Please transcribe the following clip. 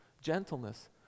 gentleness